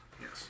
Yes